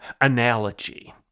analogy